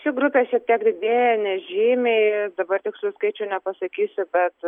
ši grupė šiek tiek didėja nežymiai dabar tikslių skaičių nepasakysiu bet